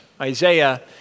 Isaiah